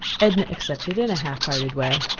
edna accepted in a half-hearted way.